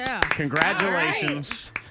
Congratulations